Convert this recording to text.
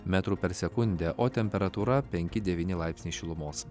metrų per sekundę o temperatūra penki devyni laipsniai šilumos